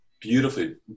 beautifully